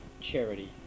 charity